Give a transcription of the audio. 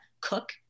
cook